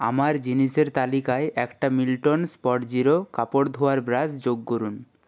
আমার জিনিসের তালিকায় একটা মিল্টন স্পট জিরো কাপড় ধোয়ার ব্রাশ যোগ করুন